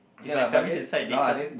if my family's inside they can't